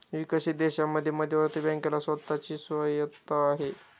विकसित देशांमध्ये मध्यवर्ती बँकेला स्वतः ची स्वायत्तता आहे